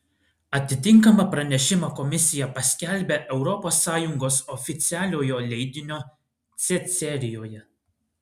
atitinkamą pranešimą komisija paskelbia europos sąjungos oficialiojo leidinio c serijoje